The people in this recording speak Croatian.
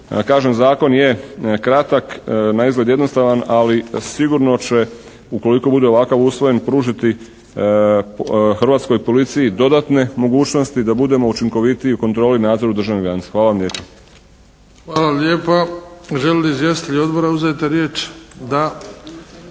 Kažem zakon je kratak, naizgled jednostavan ali sigurno će ukoliko bude ovakav usvojen pružiti Hrvatskoj policiji dodatne mogućnosti da budemo učinkovitiji u kontroli i nadzoru državne granice. Hvala vam lijepa. **Bebić, Luka (HDZ)** Hvala lijepa. Žele li izvjestitelji odbora uzeti riječ? Da.